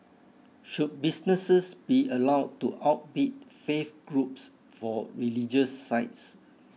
should businesses be allowed to outbid faith groups for religious sites